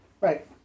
Right